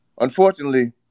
unfortunately